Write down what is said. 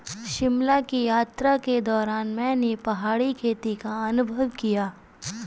शिमला की यात्रा के दौरान मैंने पहाड़ी खेती का अनुभव किया